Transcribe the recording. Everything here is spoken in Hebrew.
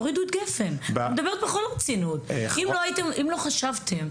אם לא חשבתם,